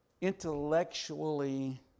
intellectually